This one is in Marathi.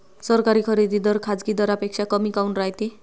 सरकारी खरेदी दर खाजगी दरापेक्षा कमी काऊन रायते?